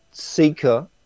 seeker